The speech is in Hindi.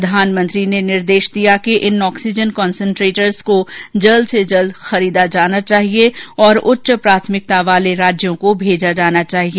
प्रधानमंत्री ने निर्देश दिया कि इन ऑक्सीजन कसेंट्रेटर्स को जल्द से जल्द खरीदा जाना चाहिए और उच्च प्राथमिकता वाले राज्यों को भेजा जाना चाहिए